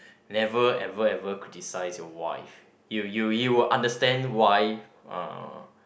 never ever ever criticize your wife you you you will understand why uh